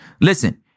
Listen